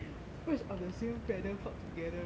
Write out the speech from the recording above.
birds of the same feather flock together